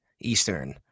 Eastern